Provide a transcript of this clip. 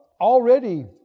already